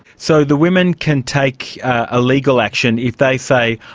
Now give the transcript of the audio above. so the women can take a legal action if they say,